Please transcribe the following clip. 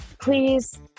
please